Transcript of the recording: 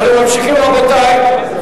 אנחנו ממשיכים, רבותי.